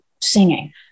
singing